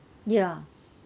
ya